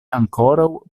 ankoraŭ